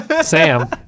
Sam